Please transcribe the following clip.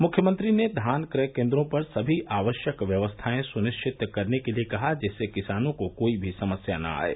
मुख्यमंत्री ने धान कय केन्द्रों पर सभी आवश्यक व्यवस्थाएं सुनिश्चित करने के लिए कहा जिससे किसानों को कोई भी समस्या न आये